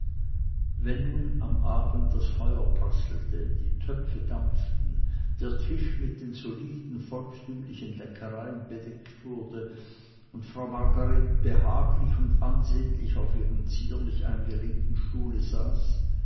wenn nun am abend das feuer prasselte die töpfe dampften der tisch mit den soliden volkstümlichen leckereien bedeckt wurde und frau margret behaglich und ansehnlich auf ihrem zierlich eingelegten stuhle saß